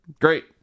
Great